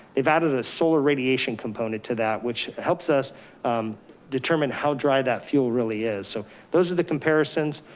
they've added a solar radiation component to that, which helps us determine how dry that fuel really is. so those are the comparisons.